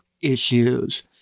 issues